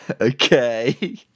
Okay